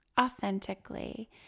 authentically